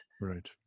Right